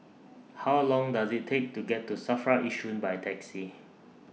How Long Does IT Take to get to SAFRA Yishun By Taxi